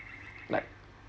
like